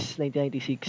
1996